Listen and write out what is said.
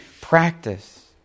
practice